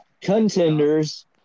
contenders